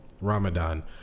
Ramadan